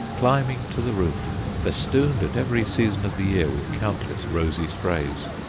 climbing to the roof, festooned at every season of the year with countless rosy sprays.